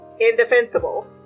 indefensible